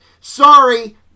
Sorry